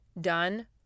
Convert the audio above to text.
done